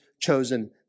chosen